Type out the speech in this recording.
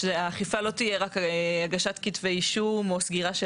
כך שהאכיפה לא תהיה רק הגשת כתבי אישום או סגירה של